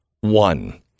one